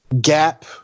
gap